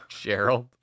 Gerald